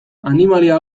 animalia